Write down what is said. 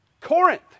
Corinth